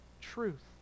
truth